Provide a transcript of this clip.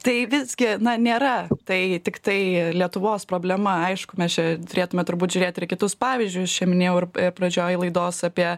tai visgi na nėra tai tiktai lietuvos problema aišku mes čia turėtume turbūt žiūrėti ir į kitus pavyzdžius čia minėjau ir pradžioj laidos apie